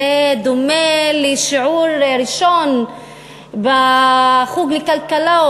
זה דומה לשיעור ראשון בחוג לכלכלה,